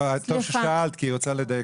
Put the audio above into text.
טוב ששאלת כי היא רוצה לדייק.